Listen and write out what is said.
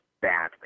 badly